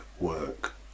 work